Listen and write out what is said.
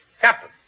Captain